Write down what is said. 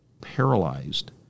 paralyzed